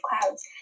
clouds